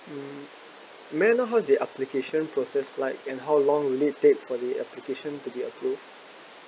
mm may I know how is the application process like and how long will it take for the application to be approved